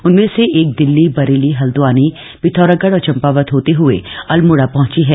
उनमें से एक दिल्ली बरेली हल्द्वानी पिथौरागढ़ और चंपावत होते हुए अल्मोड़ा पहंची है